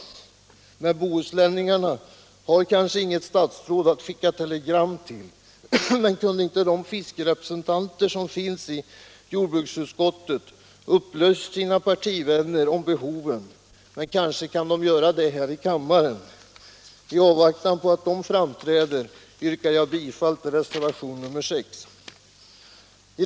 Men Bohuslän har kanske inget statsråd att skicka telegram till. Kunde inte de fiskerepresentanter som finns i jordbruksutskottet ha upplyst sina partivänner om behoven? Kanske de kan göra det här i kammaren. I avvaktan på att de framträder yrkar jag bifall till reservationen 6.